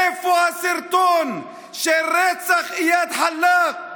איפה הסרטון של רצח איאד אלחלאק?